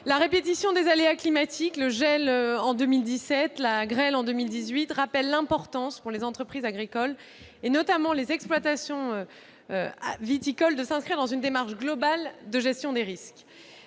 La répétition des aléas climatiques- gel en 2017 et grêle en 2018 -rappelle l'importance pour les entreprises agricoles, notamment les exploitations viticoles, de s'inscrire dans une démarche globale de gestion des risques.